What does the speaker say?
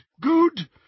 good